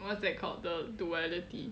what's that called the duality